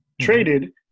traded